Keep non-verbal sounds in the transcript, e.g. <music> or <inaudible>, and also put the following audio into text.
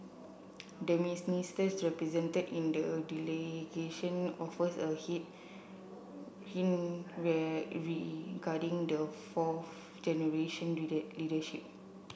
the <unintelligible> represented in the delegation offers a hint <unintelligible> regarding the fourth generation leader leadership